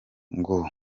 ngo